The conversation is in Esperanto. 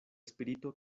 spirito